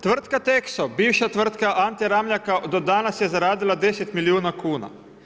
Tvrtka Texo bivša tvrtka Ante Ramljaka do danas je zaradila 10 milijuna kuna.